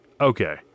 Okay